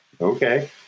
Okay